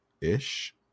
ish